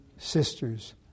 Sisters